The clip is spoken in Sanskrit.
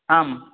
आम्